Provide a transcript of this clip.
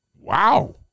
wow